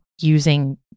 using